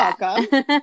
welcome